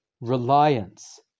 reliance